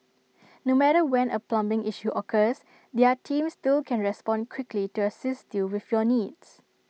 no matter when A plumbing issue occurs their team still can respond quickly to assist you with your needs